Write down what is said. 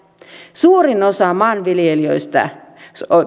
suurin osa maanviljelijöistä